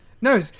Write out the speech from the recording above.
No